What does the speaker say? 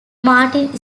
martin